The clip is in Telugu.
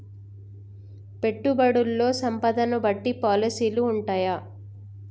పెట్టుబడుల్లో సంపదను బట్టి పాలసీలు ఉంటయా?